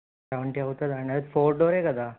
seventy అవుతుందా అండి అది ఫోర్ డోర్ కదా